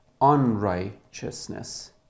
unrighteousness